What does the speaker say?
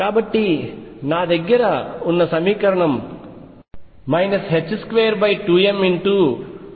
కాబట్టి నా దగ్గర ఉన్న సమీకరణం 22mull122mr2uVruEu